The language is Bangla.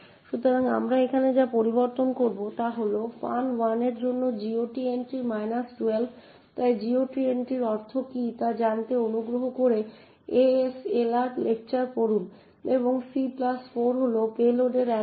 সুতরাং আমরা এখানে যা পরিবর্তন করব তা হল ফান 1 এর জন্য GOT এন্ট্রি মাইনাস 12 তাই GOT এন্ট্রির অর্থ কী তা জানতে অনুগ্রহ করে ASLR লেকচারগুলি পড়ুন এবং c4 হল পেলোডের এড্রেস